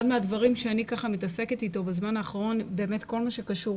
אחד הדברים שאני מתעסקת אתו בזמן האחרון הוא כל מה שקשור